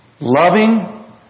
loving